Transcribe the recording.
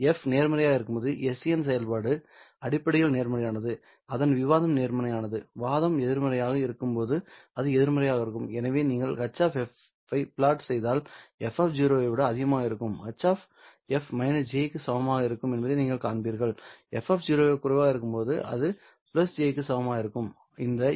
f நேர்மறையாக இருக்கும்போது sgn செயல்பாடு அடிப்படையில் நேர்மறையானது அதன் விவாதம் நேர்மறையானது வாதம் எதிர்மறையாக இருக்கும்போது அது எதிர்மறையாக இருக்கும் எனவே நீங்கள் H ஐ பிளாட் செய்தால் f 0 ஐ விட அதிகமாக இருக்கும்போது H -j க்கு சமமாக இருக்கும் என்பதை நீங்கள் காண்பீர்கள் f 0 ஐ விட குறைவாக இருக்கும்போது அது j க்கு சமமாக இருக்கும் இந்த U 12 j 2